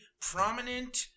prominent